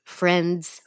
friends